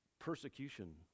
persecution